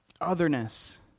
otherness